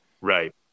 Right